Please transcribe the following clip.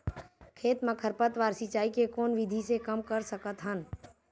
खेत म खरपतवार सिंचाई के कोन विधि से कम कर सकथन?